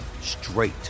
straight